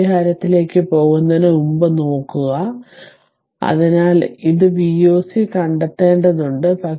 ആ പരിഹാരത്തിലേക്ക് പോകുന്നതിനുമുമ്പ് നോക്കുക അതിനാൽ ഇത് V oc കണ്ടെത്തേണ്ടതുണ്ട്